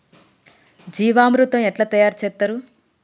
జీవామృతం ఎట్లా తయారు చేత్తరు?